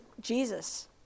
jesus